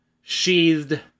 sheathed